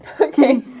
Okay